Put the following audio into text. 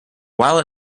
while